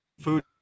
food